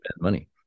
money